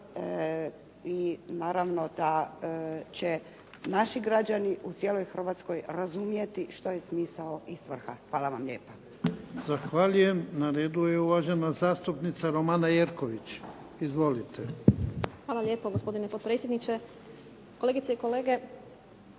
i naravno da će naši građani u cijeloj Hrvatskoj razumjeti što je smisao i svrha. Hvala vam lijepa. **Jarnjak, Ivan (HDZ)** Zahvaljujem. Na redu je uvažena zastupnica Romana Jerković. Izvolite. **Jerković, Romana (SDP)** Hvala lijepo, gospodine potpredsjedniče. Kolegice i kolege,